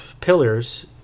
pillars